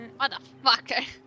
Motherfucker